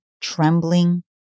trembling